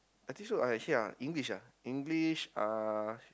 I think so I actually yeah English ah English uh